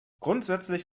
grundsätzlich